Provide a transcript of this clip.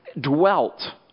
dwelt